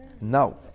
no